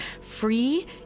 free